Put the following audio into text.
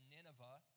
Nineveh